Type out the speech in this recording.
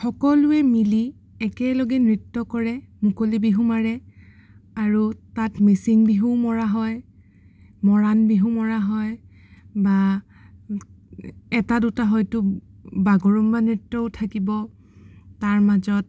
সকলোৱে মিলি একেলগে নৃত্য কৰে মুকলি বিহু মাৰে আৰু তাত মিচিং বিহুও মৰা হয় মৰাণ বিহু মৰা হয় বা এটা দুটা হয়তো বাগৰুম্বা নৃত্যও থাকিব তাৰ মাজত